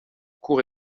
cour